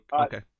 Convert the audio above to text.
okay